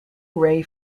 ray